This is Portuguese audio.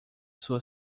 sua